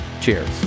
Cheers